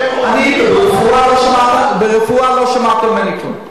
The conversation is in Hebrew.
אתה מסכים שלא יעבדו בשבת?